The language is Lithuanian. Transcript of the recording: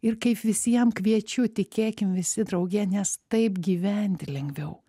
ir kaip visi jam kviečiu tikėkim visi drauge nes taip gyventi lengviau